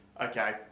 okay